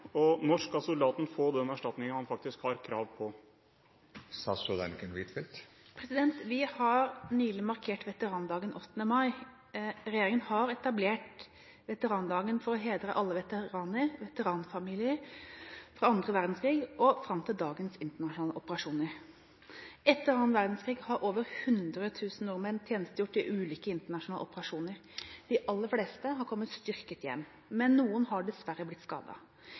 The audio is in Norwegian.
og når skal soldaten få den erstatning han har krav på?» Vi har nylig markert veterandagen 8. mai. Regjeringen har etablert veterandagen for å hedre alle veteraner og veteranfamilier fra andre verdenskrig og fram til dagens internasjonale operasjoner. Etter andre verdenskrig har over 100 000 nordmenn tjenestegjort i ulike internasjonale operasjoner. De aller fleste har kommet styrket hjem, men noen har dessverre blitt